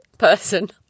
person